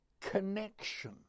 connection